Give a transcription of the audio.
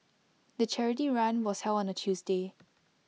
the charity run was held on A Tuesday